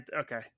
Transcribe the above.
okay